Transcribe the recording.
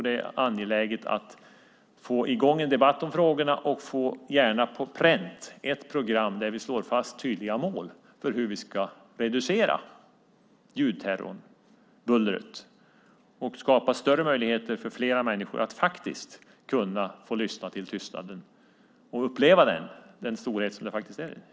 Det är angeläget att få i gång en debatt om frågorna och gärna ett program där vi slår fast tydliga mål för hur vi ska kunna reducera ljudterrorn, bullret, och skapa möjligheter för fler människor att få lyssna till tystnaden och uppleva den storhet som den är.